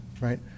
right